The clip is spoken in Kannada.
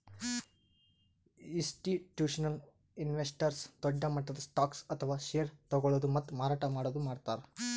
ಇಸ್ಟಿಟ್ಯೂಷನಲ್ ಇನ್ವೆಸ್ಟರ್ಸ್ ದೊಡ್ಡ್ ಮಟ್ಟದ್ ಸ್ಟಾಕ್ಸ್ ಅಥವಾ ಷೇರ್ ತಗೋಳದು ಮತ್ತ್ ಮಾರಾಟ್ ಮಾಡದು ಮಾಡ್ತಾರ್